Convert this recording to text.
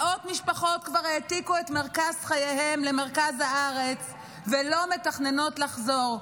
מאות משפחות כבר העתיקו את מרכז חייהן למרכז הארץ ולא מתכננות לחזור.